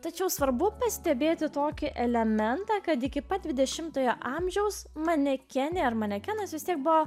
tačiau svarbu pastebėti tokį elementą kad iki pat dvidešimtojo amžiaus manekenė ar manekenas vis tiek buvo